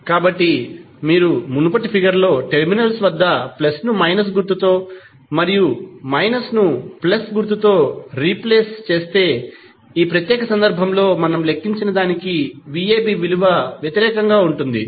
కాబట్టి మీరు మునుపటి ఫిగర్ లో టెర్మినల్ స్ వద్ద ప్లస్ ను మైనస్ గుర్తుతో మరియు మైనస్ ను ప్లస్ గుర్తుతో రీప్లేస్ చేస్తే ఈ ప్రత్యేక సందర్భం లో మనం లెక్కించిన దానికి 𝑣𝑎𝑏 విలువ వ్యతిరేకం గా ఉంటుంది